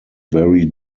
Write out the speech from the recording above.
very